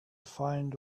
find